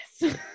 yes